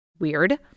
weird